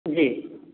जी